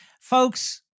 folks